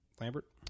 Lambert